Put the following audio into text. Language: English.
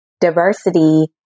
diversity